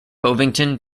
bovington